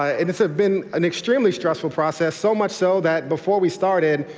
ah and this has been an extremely stressful process, so much so that before we started,